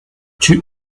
two